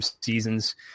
seasons